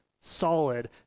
solid